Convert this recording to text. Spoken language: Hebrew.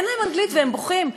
אין להם אנגלית, והם בוכים.